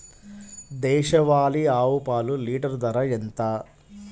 దేశవాలీ ఆవు పాలు లీటరు ధర ఎంత?